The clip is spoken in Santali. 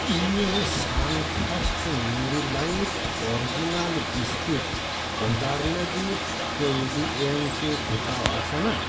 ᱤᱧᱟᱹᱜ Sunfeast Marie light original biscuit order ᱞᱟᱹᱜᱤᱫ ᱠᱟᱹᱣᱰᱤ ᱮᱢ ᱠᱤ ᱜᱚᱴᱟᱣ ᱟᱠᱟᱱᱟ